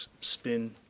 Spin